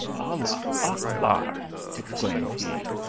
allah achbar! exclaimed he.